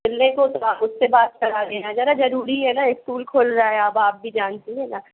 आप उससे बात करा देना ज़रा ज़रूरी है ना एक स्कूल खुल रहा है अब आप भी जानती है ना